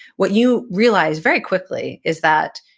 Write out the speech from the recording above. what you realize very quickly is that,